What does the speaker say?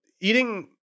eating